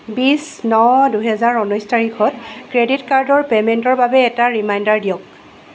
বিছ ন দুহেজাৰ ঊনৈছ তাৰিখত ক্ৰেডিট কাৰ্ডৰ পে'মেণ্টৰ বাবে এটা ৰিমাইণ্ডাৰ দিয়ক